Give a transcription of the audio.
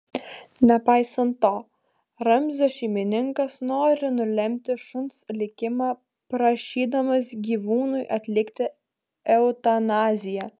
nepaisant to ramzio šeimininkas nori nulemti šuns likimą prašydamas gyvūnui atlikti eutanaziją